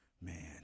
Man